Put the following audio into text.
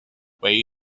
way